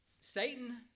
Satan